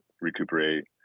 recuperate